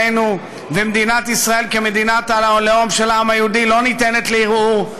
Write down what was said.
ומדינת ישראל כמדינת הלאום של העם היהודי לא ניתנת לערעור,